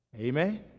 Amen